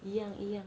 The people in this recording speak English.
一样一样